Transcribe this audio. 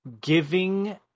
Giving